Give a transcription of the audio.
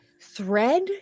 thread